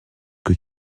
que